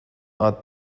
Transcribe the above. are